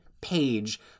page